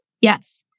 Yes